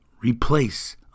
replace